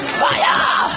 fire